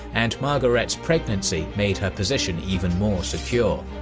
and margaret's pregnancy made her position even more secure.